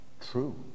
True